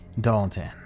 Dalton